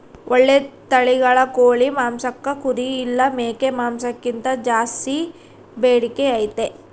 ಓಳ್ಳೆ ತಳಿಗಳ ಕೋಳಿ ಮಾಂಸಕ್ಕ ಕುರಿ ಇಲ್ಲ ಮೇಕೆ ಮಾಂಸಕ್ಕಿಂತ ಜಾಸ್ಸಿ ಬೇಡಿಕೆ ಐತೆ